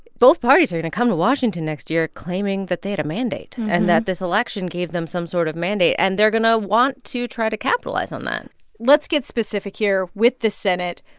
both parties are going to come to washington next year claiming that they had a mandate and that this election gave them some sort of mandate. and they're going to want to try to capitalize on that let's get specific here with the senate.